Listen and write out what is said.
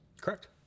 Correct